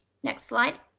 next slide.